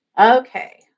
Okay